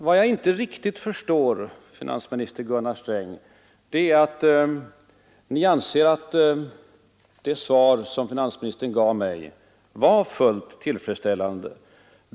Vad jag inte riktigt förstår, finansminister Gunnar Sträng, är att ni anser att det svar som ni gav mig var fullt tillfredsställande.